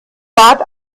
bat